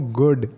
good